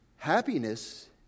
Happiness